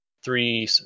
three